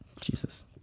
Jesus